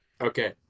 Okay